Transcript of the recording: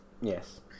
yes